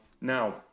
Now